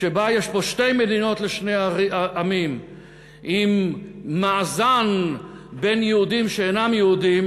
שבה יש פה שתי מדינות לשני עמים עם מאזן בין יהודים לשאינם יהודים,